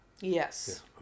Yes